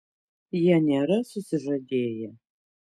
jie nėra susižadėję